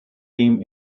team